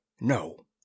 no